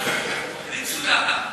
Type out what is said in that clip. רוצה שאני אוציא אותך מהאולם?